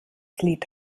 lied